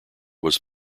was